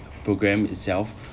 programme itself